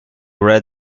read